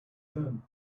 then